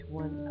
one